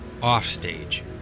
offstage